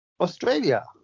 Australia